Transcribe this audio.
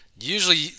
usually